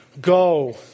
Go